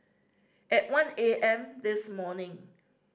at one A M this morning